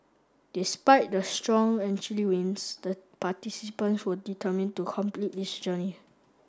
despite the strong and chilly winds the participants were determined to complete this journey